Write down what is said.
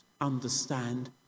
understand